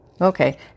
Okay